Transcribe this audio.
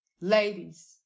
ladies